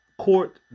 court